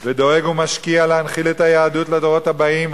ודואג ומשקיע להנחיל את היהדות לדורות הבאים,